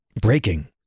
breaking